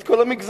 את כל המגזרים.